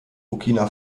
burkina